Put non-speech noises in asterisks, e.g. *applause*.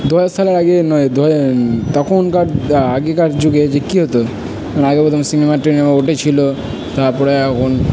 দুহাজার সালের আগে নয় দু *unintelligible* তখনকার আগেকার যুগে যে কী হতো আগে প্রথমে সিনেমা টিনেমা উঠেছিলো তারপরে এখন